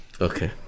okay